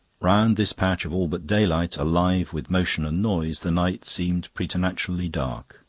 round this patch of all but daylight, alive with motion and noise, the night seemed preternaturally dark.